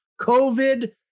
COVID